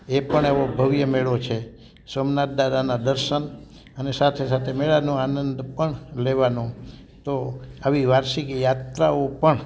એ પણ એવો ભવ્ય મેળો છે સોમનાથ દાદાના દર્શન અને સાથે સાથે મેળાનો આનંદ પણ લેવાનો તો આવી વાર્ષિક યાત્રાઓ પણ